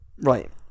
Right